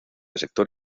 sector